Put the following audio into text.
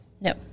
No